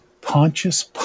Pontius